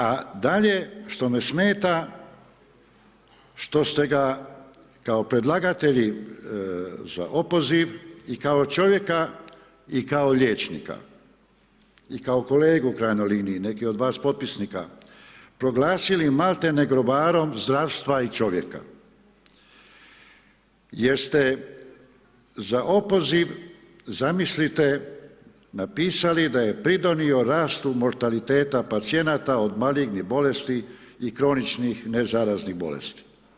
A dalje, što me smeta, što ste ga kao predlagatelji za opoziv i kao čovjeka i kao liječnika kao kolegu u krajnjoj liniji, neke od vas potpisnika, proglasili malti ne grobarom zdravstva i čovjeka jer ste za opoziv zamislite, napisali da je pridonio rastu mortaliteta pacijenata od malignih bolesti i kroničnih nezaraznih bolesti.